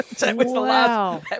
Wow